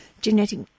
genetic